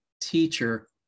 teacher